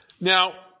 Now